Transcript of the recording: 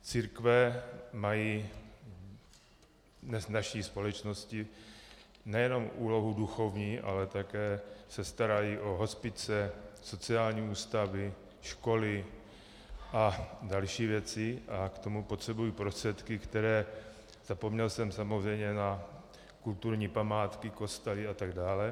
Církve mají v naší společnosti nejenom úlohu duchovní, ale také se starají o hospice, sociální ústavy, školy a další věci a k tomu potřebují prostředky, které zapomněl jsem samozřejmě na kulturní památky, kostely atd.